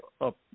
up